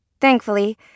Thankfully